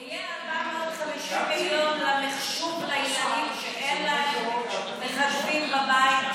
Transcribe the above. יהיו 450 מיליון למחשוב לילדים שאין להם מחשבים בבית?